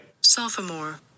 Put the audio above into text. sophomore